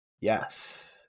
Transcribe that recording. Yes